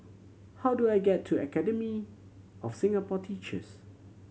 how do I get to Academy of Singapore Teachers